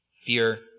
Fear